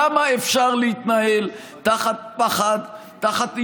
כמה אפשר להתנהל תחת פחד, תחת איומים,